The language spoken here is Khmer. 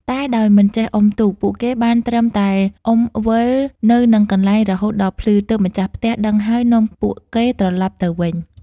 តែដោយមិនចេះអុំទូក ពួកគេបានត្រឹមតែអុំវិលនៅនឹងកន្លែងរហូតដល់ភ្លឺ ទើបម្ចាស់ផ្ទះដឹងហើយនាំពួកគេត្រឡប់ទៅវិញ ។